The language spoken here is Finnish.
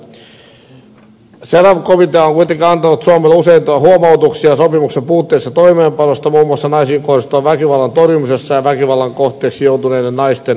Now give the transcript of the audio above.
cedaw komitea on kuitenkin antanut suomelle useita huomautuksia sopimuksen puutteellisesta toimeenpanosta muun muassa naisiin kohdistuvan väkivallan torjumisessa ja väkivallan kohteeksi joutuneiden naisten auttamisessa